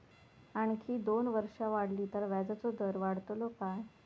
आणखी दोन वर्षा वाढली तर व्याजाचो दर वाढतलो काय?